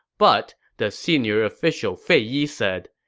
but, the senior official fei yi said,